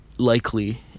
Likely